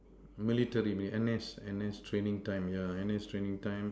military N_S N_S training time yeah N_S training time